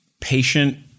patient